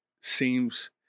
seems